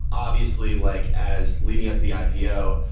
obviously, like as leading up to the ah ipo,